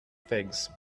figs